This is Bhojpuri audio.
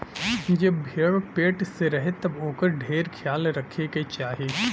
जब भेड़ पेट से रहे तब ओकर ढेर ख्याल रखे के चाही